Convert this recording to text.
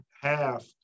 half